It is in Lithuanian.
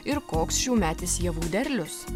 ir koks šiųmetis javų derlius